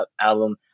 album